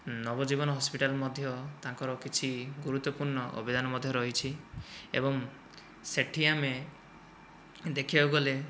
ନବଜୀବନ hospital ମଧ୍ୟ ତାଙ୍କର କିଛି ଗୁରୁତ୍ଵପୂର୍ଣ୍ଣ ଅବଦାନ ମଧ୍ୟ ରହିଛି ଏବଂ ସେଠି ଆମେ ଦେଖିବାକୁ ଗଲେ